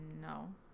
no